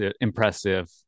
impressive